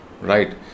right